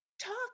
Talk